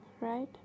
right